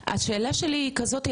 השאלה שלי היא כזאת,